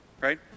right